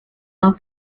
love